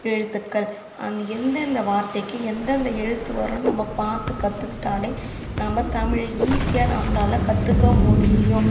எழுத்துக்கள் அந்த எந்தெந்த வார்த்தைக்கு எந்தெந்த எழுத்து வரும்னு நம்ம பார்த்து கற்றுக்கிட்டாலே நம்ம தமிழை ஈஸியாக நம்மளால கற்றுக்க முடியும்